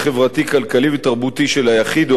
כלכלי ותרבותי של היחיד או הקבוצה